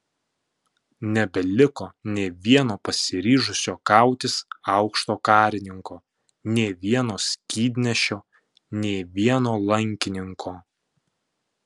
nebeliko nė vieno pasiryžusio kautis aukšto karininko nė vieno skydnešio nė vieno lankininko